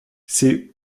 ces